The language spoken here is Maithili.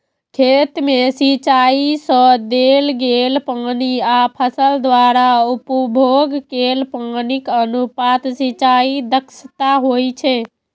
खेत मे सिंचाइ सं देल गेल पानि आ फसल द्वारा उपभोग कैल पानिक अनुपात सिंचाइ दक्षता होइ छै